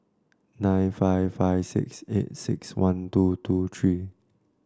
nine five five six eight six one two two three